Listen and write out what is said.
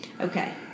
Okay